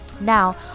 Now